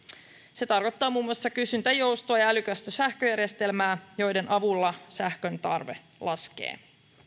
se tarkoittaa muun muassa kysyntäjoustoa ja älykästä sähköjärjestelmää joiden avulla sähkön tarve laskee